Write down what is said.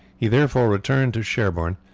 he therefore returned to sherborne,